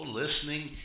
listening